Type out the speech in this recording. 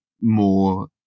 more